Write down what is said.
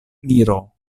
miro